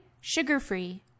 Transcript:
sugar-free